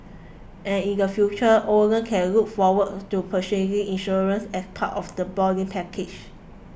and in the future owners can look forward to purchasing insurance as part of the boarding packages